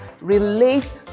relate